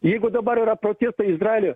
jeigu dabar yra protestai izraelio